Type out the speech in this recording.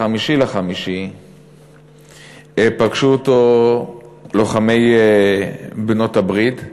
ב-5 במאי פגשו אותו לוחמי בעלות-הברית בחדר,